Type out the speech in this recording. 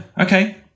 Okay